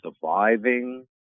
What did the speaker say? Surviving